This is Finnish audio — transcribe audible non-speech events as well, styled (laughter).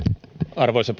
arvoisa (unintelligible)